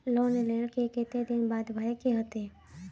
Loan लेल के केते दिन बाद भरे के होते?